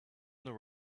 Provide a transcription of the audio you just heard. there